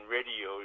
Radio